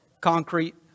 concrete